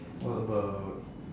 what about